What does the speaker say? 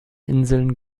inseln